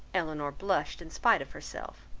elinor blushed in spite of herself.